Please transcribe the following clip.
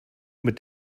mit